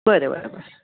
बरं बरं बरं